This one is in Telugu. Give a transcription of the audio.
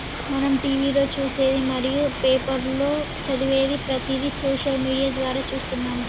మనం టీవీలో చూసేది మరియు పేపర్లో చదివేది ప్రతిదీ సోషల్ మీడియా ద్వారా చూస్తున్నాము